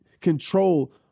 control